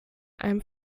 einem